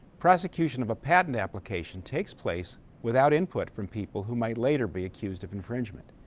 prosecution of a patent application takes place without input from people who might later be accused of infringement,